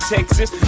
Texas